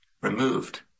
Removed